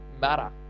matter